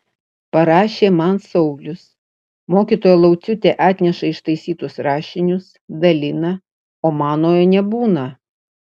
parašė man saulius mokytoja lauciūtė atneša ištaisytus rašinius dalina o manojo nebūna